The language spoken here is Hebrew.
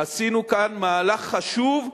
עשינו כאן מהלך חשוב,